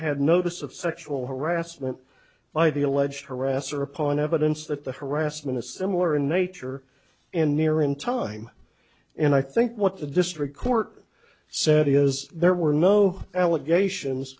had notice of sexual harassment by the alleged harasser upon evidence that the harassment is similar in nature and near in time and i think what the district court said is there were no allegations